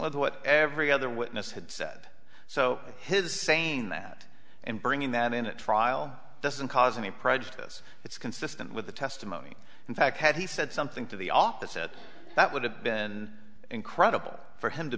with what every other witness had so his saying that in bringing them in a trial doesn't cause any prejudice it's consistent with the testimony in fact had he said something to the op that said that would have been incredible for him to